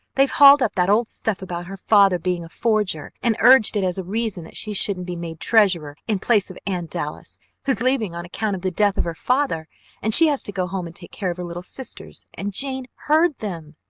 they've hauled up that old stuff about her father being a forger and urged it as a reason that she shouldn't be made treasurer in place of anne dallas who is leaving on account of the death of her father and she has to go home and take care of her little sisters and jane heard them!